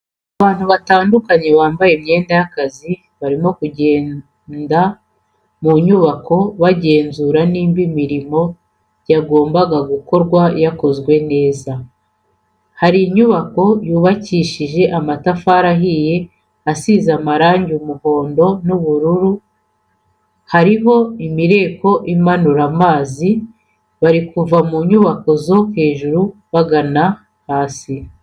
Abantu batandukanye bambaye imyenda y'akazi barimo kugenda mu nyubako bagenzura niba imirimo yagombaga gukorwa yarakozwe neza, hari inyubako yubakishije amatafari ahiye isize amarangi y'umuhondo n'ubururu, hariho imireko imanura amazi, bari kuva mu nyubako zo hejuru bagana hasi.